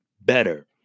better